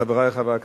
חברי חברי הכנסת,